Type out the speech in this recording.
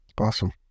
Awesome